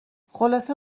خلاصه